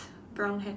brown hat